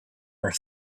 are